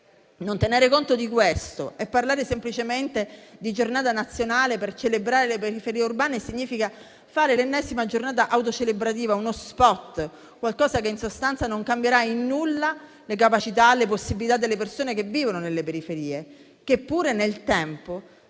Non tenere conto di questo e parlare semplicemente di Giornata nazionale per celebrare le periferie urbane, significa fare l'ennesima giornata autocelebrativa, uno *spot*, qualcosa che in sostanza non cambierà in nulla le capacità e le possibilità delle persone che vivono nelle periferie, che pure nel tempo